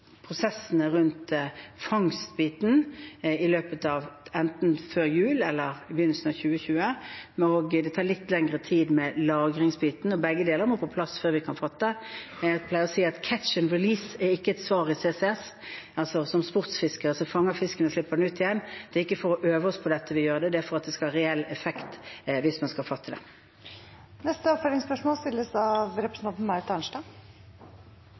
tar litt lenger tid, og begge deler må være på plass før vi kan fatte en beslutning. Jeg pleier å si at «catch and release», altså når sportsfiskere fanger fisk og slipper den ut igjen, ikke er et svar når det gjelder CCS. Det er ikke for å øve oss på dette vi gjør det; det er fordi det skal ha reell effekt hvis man skal fatte beslutning om det. Marit Arnstad – til oppfølgingsspørsmål. Klimapolitikken må også gå over i praktisk handling nasjonalt. Av